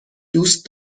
دوست